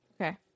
Okay